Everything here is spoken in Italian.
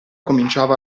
cominciava